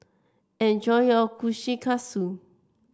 enjoy your Kushikatsu